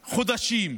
חודשים,